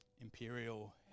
Imperial